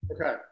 Okay